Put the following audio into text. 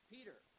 Peter